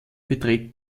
beträgt